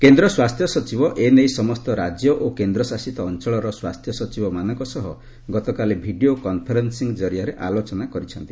କେନ୍ଦ୍ର ସ୍ୱାସ୍ଥ୍ୟସଚିବ ଏ ନେଇ ସମସ୍ତ ରାଜ୍ୟ ଓ କେନ୍ଦ୍ରଶାସିତ ଅଞ୍ଚଳର ସ୍ପାସ୍ଥ୍ୟସଚିବ ମାନଙ୍କ ସହ ଗତକାଲି ଭିଡ଼ିଓ କନ୍ଫରେନ୍ନିଂ ଜରିଆରେ ଆଲୋଚନା କରିଛନ୍ତି